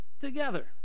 together